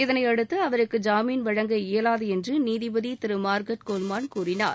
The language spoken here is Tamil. இதனை அடுத்து அவருக்கு ஜாமின் வழங்க இயலாது என்று நீதிபதி திரு மார்காட் கோல்மான் கூறினார்